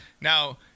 Now